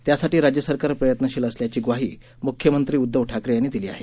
त्यासाठी राज्य सरकार प्रयत्नशील असल्याची ग्वाही मुख्यमंत्री उदधव ठाकरे यांनी दिली आहे